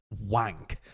wank